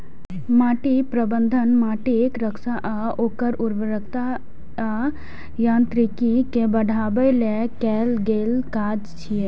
माटि प्रबंधन माटिक रक्षा आ ओकर उर्वरता आ यांत्रिकी कें बढ़ाबै लेल कैल गेल काज छियै